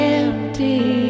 empty